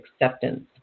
acceptance